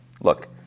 look